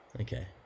Okay